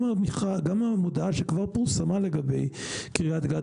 גם המודעה שכבר פורסמה לגבי קרית גת,